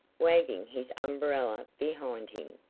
wagging his umbrella behind him.